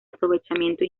aprovechamiento